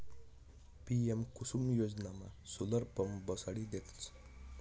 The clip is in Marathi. पी.एम कुसुम योजनामा सोलर पंप बसाडी देतस